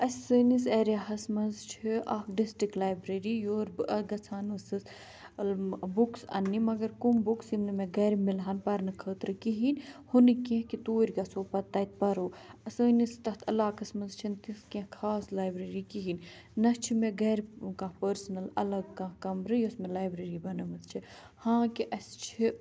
اَسہِ سٲنِس ایریاہَس منٛز چھِ اَکھ ڈِسٹِک لایبرٔری یور بہٕ گژھان اوس بُکٕس اَننہِ مگر کَم بُکٕس یِم نہٕ مےٚ گَرِ مِلہَن پَرنہٕ خٲطرٕ کِہیٖنۍ ہُہ نہٕ کینٛہہ کہِ توٗرۍ گَژھو پَتہٕ تَتہِ پَرو سٲنِس تَتھ عَلاقَس منٛز چھِنہٕ تِژھ کینٛہہ خاص لایبرٔری کِہیٖنۍ نہ چھِ مےٚ گَرِ کانٛہہ پٔرسٕنَل اَلَگ کانٛہہ کَمرٕ یۄس مےٚ لایبرٔری بَنٲومٕژ چھِ ہاں کہِ اَسہِ چھِ